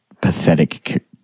pathetic